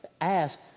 asked